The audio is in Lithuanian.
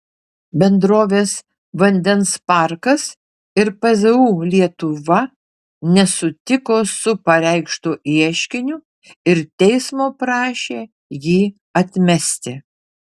bendrovės vandens parkas ir pzu lietuva nesutiko su pareikštu ieškiniu ir teismo prašė jį atmesti